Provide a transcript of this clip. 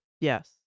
yes